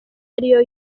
ariyo